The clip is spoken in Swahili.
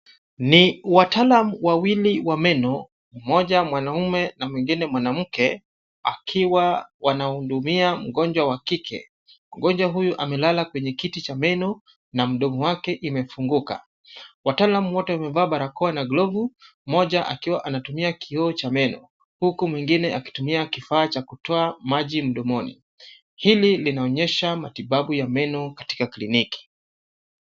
Ni wataalam wawili wa meno, mmoja mwanaume na mwingine mwanamke akiwa wanahudumia mgonjwa wa kike. Mgonjwa huyu amelala kwenye kiti cha meno na mdomo wake imefunguka. Wataalam wote wamevaa barakoa na glovu, mmoja akiwa anatumia kioo cha meno huku mwingine akitumia kifaa cha kutoa maji mdomoni. Hili linaonyesha matibabu ya meno katika kliniki.